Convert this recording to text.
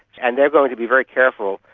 and they are going to be very careful,